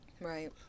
Right